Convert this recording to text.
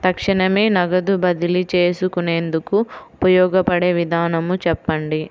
తక్షణమే నగదు బదిలీ చేసుకునేందుకు ఉపయోగపడే విధానము చెప్పండి?